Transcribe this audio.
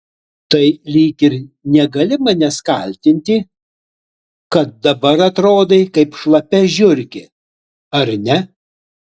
tai lyg ir negali manęs kaltinti kad dabar atrodai kaip šlapia žiurkė ar ne